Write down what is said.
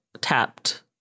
tapped